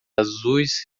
azuis